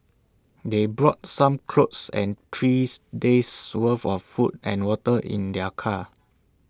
they brought some clothes and threes days worth of food and water in their car